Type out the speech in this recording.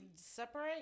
separate